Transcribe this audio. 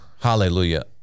hallelujah